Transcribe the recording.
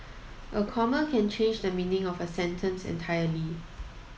a comma can change the meaning of a sentence entirely